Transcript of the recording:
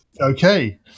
Okay